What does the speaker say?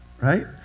right